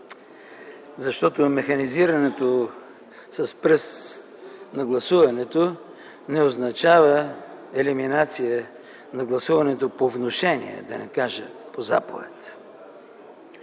защото механизирането с пръст на гласуването не означава елиминация на гласуването по внушение, да не кажа, по заповед.